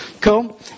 Cool